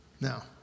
Now